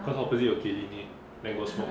cause opposite 有 killiney already go smoke